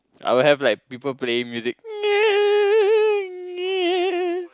I will have like people playing music